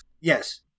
Yes